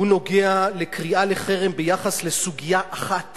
שהוא נוגע לקריאה לחרם ביחס לסוגיה אחת